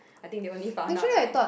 I think they only found out like